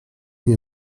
nie